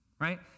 right